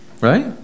Right